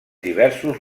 diversos